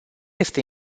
este